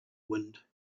wind